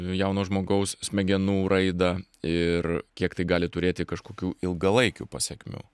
jauno žmogaus smegenų raidą ir kiek tai gali turėti kažkokių ilgalaikių pasekmių